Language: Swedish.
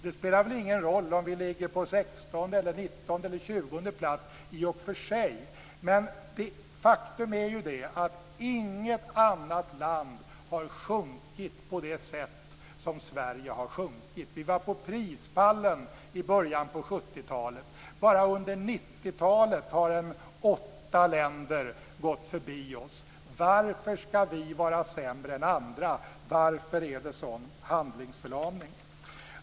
Det spelar väl i och för sig ingen roll om vi ligger på 16:e, 19:e eller 20:e plats, men faktum är ju att inget annat land har sjunkit på det sätt som Sverige har gjort. Vi var på prispallen i början på 70-talet. Bara under 90-talet har ungefär åtta länder gått förbi oss. Varför skall vi vara sämre än andra? Varför är det en sådan handlingsförlamning?